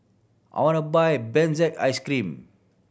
I want to buy Benzac Cream